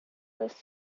was